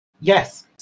yes